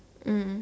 mm